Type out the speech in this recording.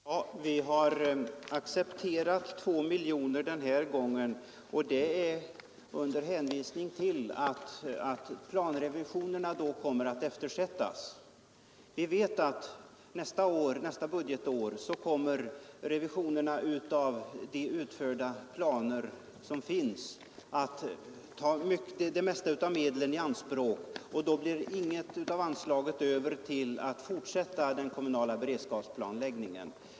Herr talman! Vi har accepterat en nedskärning till 2 miljoner den här gången, och detta bl.a. under hänvisning till att planrevisionerna annars kommer att eftersättas. Nästa budgetår kommer revisionerna av de planer som finns att ta det mesta av medlen i anspråk, och då blir det inget över av anslaget till att fortsätta den kommunala beredskapsplanläggningen.